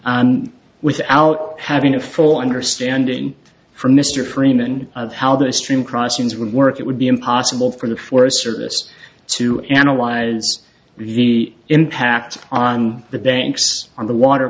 without having a full understanding from mr freeman of how the stream crossings would work it would be impossible for the forest service to analyze the impact on the banks on the water